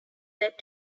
that